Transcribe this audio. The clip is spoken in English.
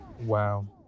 Wow